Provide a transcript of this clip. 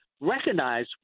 recognize